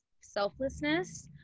selflessness